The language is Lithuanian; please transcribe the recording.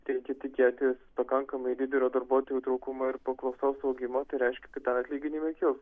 reikia tikėtis pakankamai didelio darbuotojų trūkumo ir paklausos augimo tai reiškia kad dar atlyginimai kils